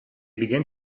began